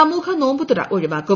സമൂഹ നോമ്പുതുറ ഒഴിവാക്കും